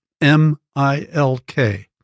M-I-L-K